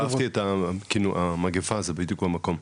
אהבתי את המגפה, זה בדיוק במקום.